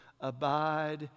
Abide